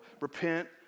repent